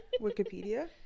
Wikipedia